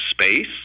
space